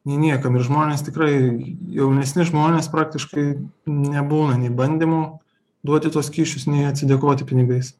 nei niekam ir žmonės tikrai jaunesni žmonės praktiškai nebuvo nei bandymų duoti tuos kyšius nei atsidėkoti pinigais